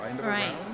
Right